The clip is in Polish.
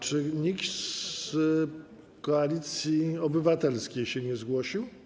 Czy nikt z Koalicji Obywatelskiej się nie zgłosił?